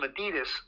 Adidas